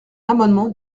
amendement